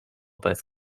both